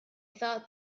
thought